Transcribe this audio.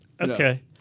Okay